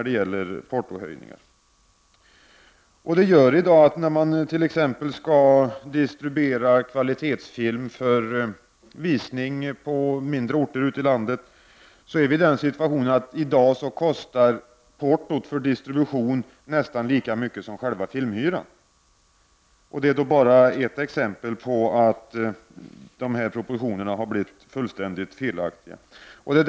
Det innebär att portot för distribution av t.ex. kvalitetsfilm som skall visas på mindre orter ute i landet i dag är nästan lika högt som själva filmhyran. Det är bara ett exempel på att proportionerna har blivit fullständigt felaktiga.